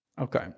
Okay